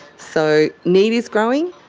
so need is growing,